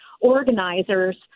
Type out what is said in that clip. organizers